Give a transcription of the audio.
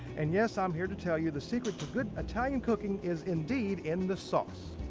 and yes, i'm here to tell you, the secret to good italian cooking is indeed in the sauce.